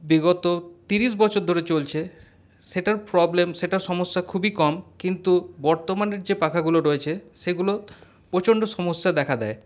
বিগত তিরিশ বছর ধরে চলছে সেটার প্রবলেম সেটার সমস্যা খুবই কম কিন্তু বর্তমানের যে পাখাগুলো রয়েছে সেগুলোর প্রচণ্ড সমস্যা দেখা দেয়